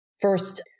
first